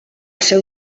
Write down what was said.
seu